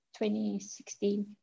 2016